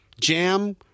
jam